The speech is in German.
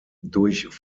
durch